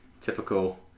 Typical